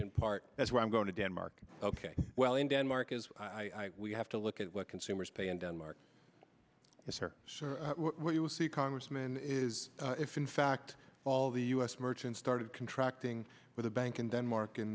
in part that's what i'm going to denmark ok well in denmark is i we have to look at what consumers pay in denmark is for what you will see congressman is if in fact all the u s merchant started contracting with a bank in denmark in